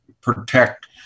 protect